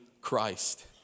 Christ